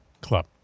club